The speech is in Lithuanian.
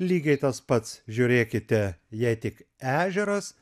lygiai tas pats žiūrėkite jei tik ežeras